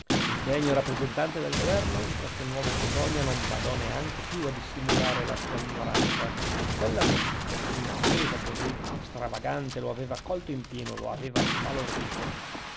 il degno rappresentante del governo in castelnuovo bedonia non badò neanche più a dissimulare la sua ignoranza quella notizia così inattesa così stravagante lo aveva colto in pieno lo aveva sbalordito